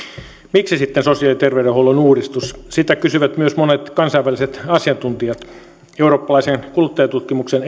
miksi sitten sosiaali ja terveydenhuollon uudistus sitä kysyvät myös monet kansainväliset asiantuntijat eurooppalaisen euro health kaksituhattaviisitoista kuluttajatutkimuksen